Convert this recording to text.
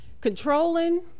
Controlling